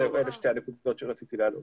אלה שתי הנקודות שרציתי להעלות.